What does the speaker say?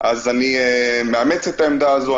אז אני מאמץ את העמדה הזאת,